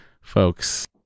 folks